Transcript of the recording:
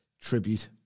tribute